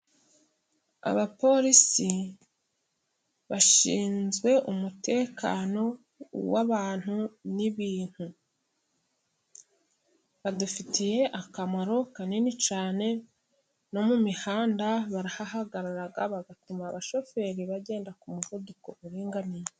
abapolisi bashinzwe umutekano w'abantu n'bintu. Badufiye akamaro kanini cyane. No mu mihanda barahahagara bigatuma abashoferi bagendera ku muvuduko uringaniye.